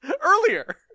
earlier